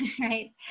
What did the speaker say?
right